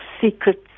secrets